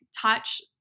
touch